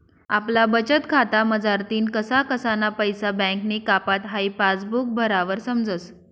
आपला बचतखाता मझारतीन कसा कसाना पैसा बँकनी कापात हाई पासबुक भरावर समजस